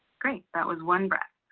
great, that was one breath.